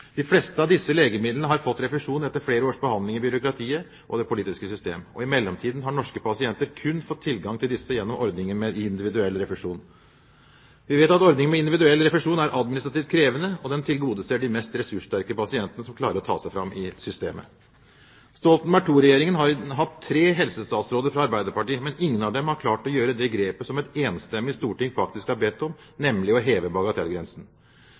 De fleste av disse legemidlene har fått refusjon etter flere års behandling i byråkratiet og det politiske system. I mellomtiden har norske pasienter kun fått tilgang til disse gjennom ordningen med individuell refusjon. Vi vet at ordningen med individuell refusjon er administrativt krevende, og den tilgodeser de mest ressurssterke pasientene som klarer å ta seg fram i systemet. Stoltenberg II-regjeringen har hatt tre helsestatsråder fra Arbeiderpartiet, men ingen av dem har klart å gjøre det grepet som et enstemmig storting faktisk har bedt om, nemlig å heve bagatellgrensen.